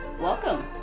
Welcome